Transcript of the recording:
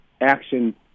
action